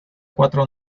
cuatro